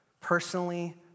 personally